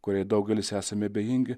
kuriai daugelis esame abejingi